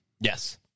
Yes